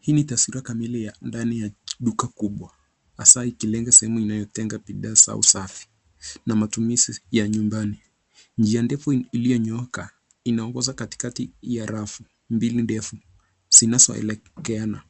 Hii ni taswira kamili ya ndani ya duka kubwa hasa ikilenga sehemu inayotenga bidhaa za usafi na matumizi ya nyumbani. Njia ndefu iliyonyooka inaongoza katikati ya rafu mbili ndefu zinazoelekeana